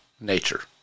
nature